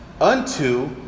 unto